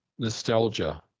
Nostalgia